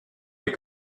des